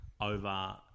over